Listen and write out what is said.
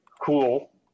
cool